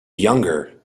younger